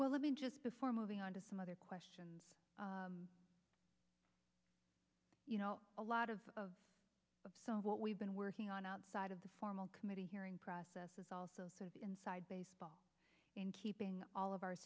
well let me just before moving on to some other questions you know a lot of so what we've been working on outside of the formal committee hearing process is also sort of inside baseball in keeping all of our